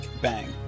Bang